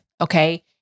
Okay